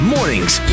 Mornings